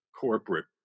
corporate